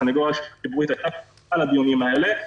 בסניגוריה --- על דיונים האלה.